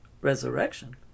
resurrection